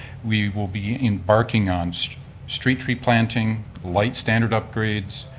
we will be embarking on so street tree planting, light standard upgrades,